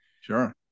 Sure